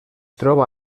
troba